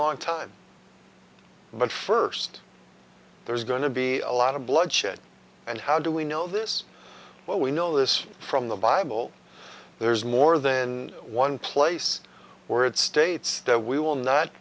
long time but first there's going to be a lot of bloodshed and how do we know this what we know this from the bible there's more than one place where it states that we will not